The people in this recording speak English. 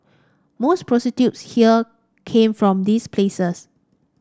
most prostitutes here came from these places